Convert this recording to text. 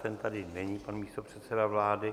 Ten tady není, pan místopředseda vlády.